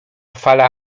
fala